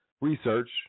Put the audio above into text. research